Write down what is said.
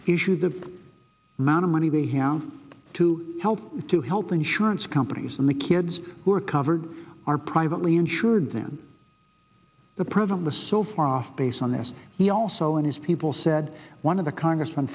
issue the amount of money they hand to help to health insurance companies and the kids who are covered are privately insured then the program the so far off base on this he also and his people said one of the congressman